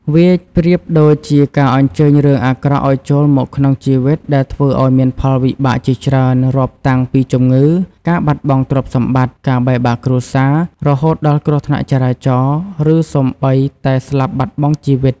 វាប្រៀបដូចជាការអញ្ជើញរឿងអាក្រក់ឲ្យចូលមកក្នុងជីវិតដែលធ្វើឲ្យមានផលវិបាកជាច្រើន រាប់តាំងពីជំងឺ ការបាត់បង់ទ្រព្យសម្បត្តិ ការបែកបាក់គ្រួសារ រហូតដល់គ្រោះថ្នាក់ចរាចរណ៍ ឬសូម្បីតែស្លាប់បាត់បង់ជីវិត។